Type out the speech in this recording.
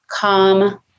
calm